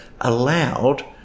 allowed